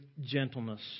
gentleness